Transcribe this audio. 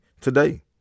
today